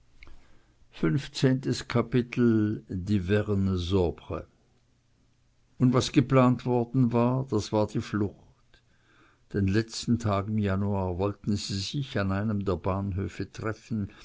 glücklichen tränen die vernezobres und was geplant worden war das war flucht den letzten tag im januar wollten sie sich an einem der bahnhöfe treffen